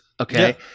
Okay